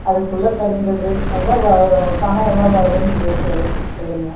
அதுக்குள்ள தகுந்தது அதான் வா பணம் எவ்வளவு ஆகும்னு சொல்லுங்கள்